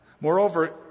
Moreover